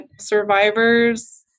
survivors